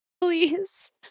please